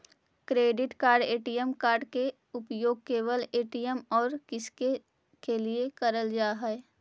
Credit card ATM card के उपयोग केवल ए.टी.एम और किसके के लिए करल जा है?